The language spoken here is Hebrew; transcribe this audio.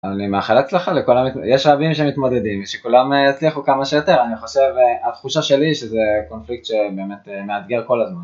אני מאחל הצלחה לכל המת.., יש רבים שמתמודדים, שכולם יצליחו כמה שיותר, אני חושב, התחושה שלי שזה קונפליקט שבאמת מאתגר כל הזמן.